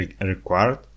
required